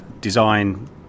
design